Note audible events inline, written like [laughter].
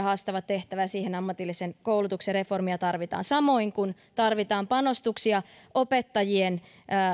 [unintelligible] haastava tehtävä ja siihen ammatillisen koulutuksen reformia tarvitaan samoin tarvitaan panostuksia opettajien